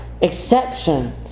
exception